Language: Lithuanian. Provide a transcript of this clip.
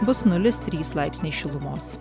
bus nulis trys laipsniai šilumos